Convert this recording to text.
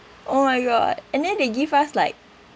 oh my god and then they give us like